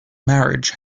marriage